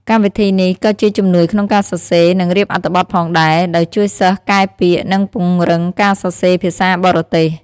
កម្មវិធីនេះក៏ជាជំនួយក្នុងការសរសេរ និងរៀបអត្ថបទផងដែរ ដោយជួយសិស្សកែពាក្យ និងពង្រឹងការសរសេរភាសាបរទេស។